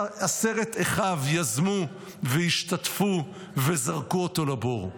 עשרת אחיו יזמו והשתתפו וזרקו אותו לבור.